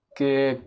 cake